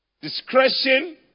discretion